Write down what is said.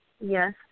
Yes